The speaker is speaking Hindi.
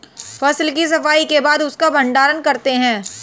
फसल की सफाई के बाद उसका भण्डारण करते हैं